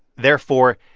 therefore,